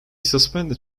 suspended